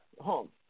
home